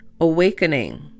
awakening